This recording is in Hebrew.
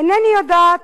אינני יודעת.